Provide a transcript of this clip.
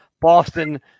Boston